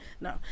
No